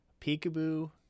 peekaboo